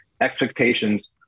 expectations